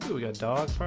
we got dog